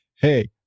Hey